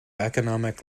economic